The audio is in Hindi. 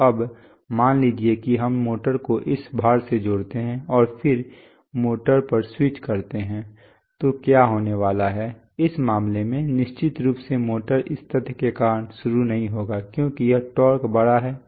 तो अब मान लीजिए कि हम मोटर को इस भार से जोड़ते हैं और फिर मोटर पर स्विच करते हैं तो क्या होने वाला है इस मामले में निश्चित रूप से मोटर इस तथ्य के कारण शुरू नहीं होगी क्योंकि यह टॉर्क बड़ा है